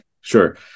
Sure